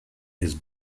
his